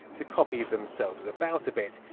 to copy themselves about a bit,